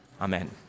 Amen